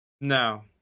No